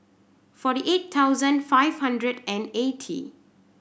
forty eight thousand five hundred and eighty